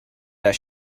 that